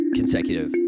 consecutive